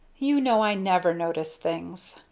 you know i never notice things,